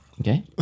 Okay